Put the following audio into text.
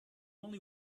only